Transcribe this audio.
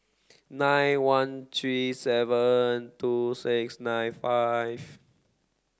nine one three seven two six nine five